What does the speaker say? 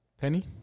Penny